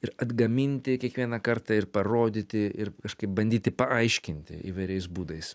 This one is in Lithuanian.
ir atgaminti kiekvieną kartą ir parodyti ir kažkaip bandyti paaiškinti įvairiais būdais